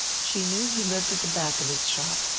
she knew he lived at the back of his shop,